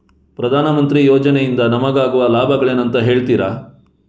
ಪ್ರಧಾನಮಂತ್ರಿ ಯೋಜನೆ ಇಂದ ನಮಗಾಗುವ ಲಾಭಗಳೇನು ಅಂತ ಹೇಳ್ತೀರಾ?